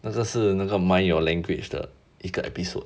那个是那个 mind your language 的一个 episode